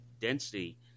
density